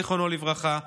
זיכרונו לברכה,